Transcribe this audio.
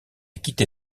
quitté